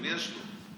אם יש לו,